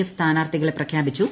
F സ്ഥാനാർത്ഥികളെ പ്രഖ്യാപിച്ചു